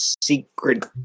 secret